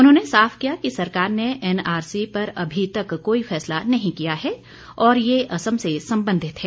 उन्होंने साफ किया कि सरकार ने एनआरसी पर अभी तक कोई फैसला नहीं किया है और यह असम से संबंधित है